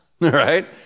right